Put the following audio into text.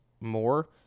more